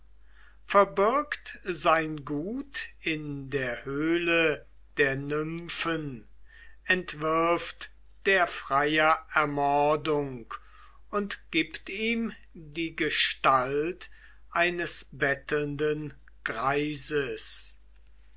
verbirgt sein gut in der höhle der nymphen entwirft der freier ermordung und gibt ihm die gestalt eines bettelnden greises